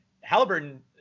Halliburton